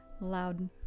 loud